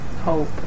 hope